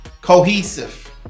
cohesive